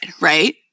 right